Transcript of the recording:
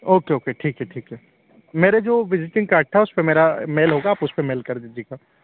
okay okay ठीक है ठीक है मेरा जो विजिटिंग कार्ड था उस पर मेरा मेल होगा आप उस पर मेल कर दीजिएगा